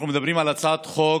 אנחנו מדברים על הצעת חוק